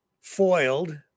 foiled